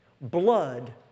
Blood